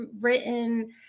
written